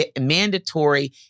mandatory